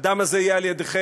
הדם הזה יהיה על ידיכם,